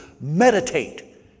meditate